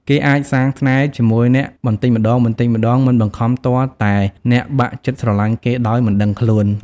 គេអាច សាងស្នេហ៍ជាមួយអ្នកបន្តិចម្តងៗ មិនបង្ខំទាល់តែអ្នកបាក់ចិត្តស្រលាញ់គេ ដោយមិនដឹងខ្លួន។